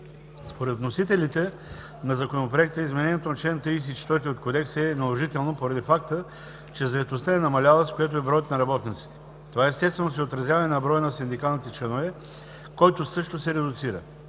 Според вносителите на Законопроекта изменението на чл. 34 от Кодекса е наложително поради факта, че заетостта е намаляла, с което и броят на работниците. Това естествено се отразява и на броя на синдикалните членове, който също се редуцира.